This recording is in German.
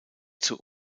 zur